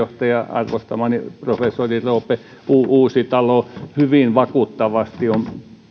arvostamani professori roope uusitalo hyvin vakuuttavasti on